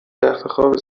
تختخواب